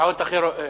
ועדת הכספים.